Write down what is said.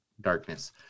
Darkness